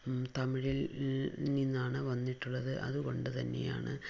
തമിഴില് നിന്നാണ് വന്നിട്ടുള്ളത് അതുകൊണ്ട് തന്നെയാണ്